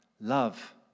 love